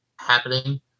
happening